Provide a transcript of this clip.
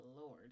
lord